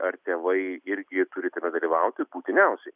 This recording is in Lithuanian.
ar tėvai irgi turi tame dalyvauti būtiniausiai